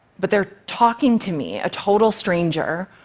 but they're talking to me, a total stranger,